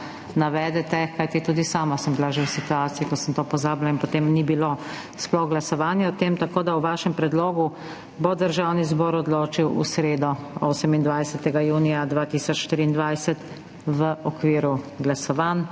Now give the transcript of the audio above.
navedete, kajti tudi sama sem bila že v situaciji, ko sem to pozabila in potem ni bilo sploh glasovanja o tem. O vašem predlogu bo Državni zbor odločil v sredo, 28. junija 2023, v okviru glasovanj.